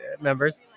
members